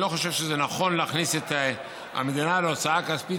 אני לא חושב שנכון להכניס את המדינה להוצאה כספית